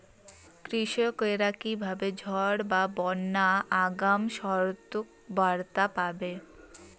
কৃষকেরা কীভাবে ঝড় বা বন্যার আগাম সতর্ক বার্তা পাবে?